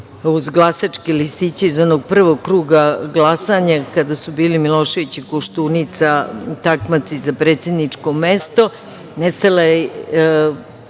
uz glasačke listiće iz onog prvog kruga glasanja, kada su bili Milošević i Koštunica takmaci za predsedničko mesto, nestalo je